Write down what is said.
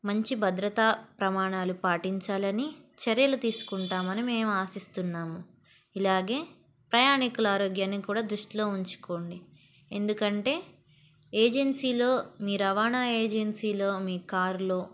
మంచి భద్రతా ప్రమాణాలు పాటించాలని చర్యలు తీసుకుంటామని మేము ఆశిస్తున్నాము ఇలాగే ప్రయాణికుల ఆరోగ్యాన్ని కూడా దృష్టిలో ఉంచుకోండి ఎందుకంటే ఏజెన్సీలో మీ రవాణా ఏజెన్సీలో మీ కారులో